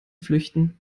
flüchten